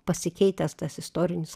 pasikeitęs tas istorinis